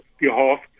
behalf